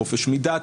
חופש מדת,